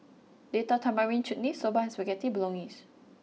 Date Tamarind Chutney Soba and Spaghetti Bolognese